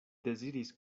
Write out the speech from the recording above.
deziris